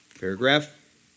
Paragraph